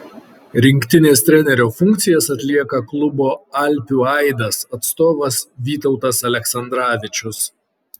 rinktinės trenerio funkcijas atlieka klubo alpių aidas atstovas vytautas aleksandravičius